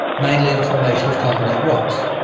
mainly the formation of carbonate rocks.